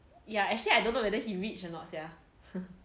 yeah actually I don't know whether he rich or not sia